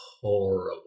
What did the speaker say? horrible